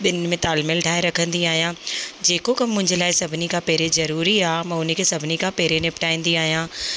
ॿिन्हिनि में तालमेल ठाहे रखंदी आहियां जेको कमु मुंहिंजे लाइ सभिनी खां पहिरियों ज़रूरी आहे मां उन खे सभिनी खां पहिरियों निपटाईंदी आहियां